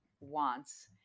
wants